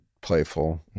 Playful